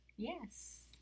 Yes